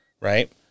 Right